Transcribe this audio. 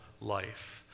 life